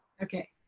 okay,